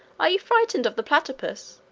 are you frightened of the platypus?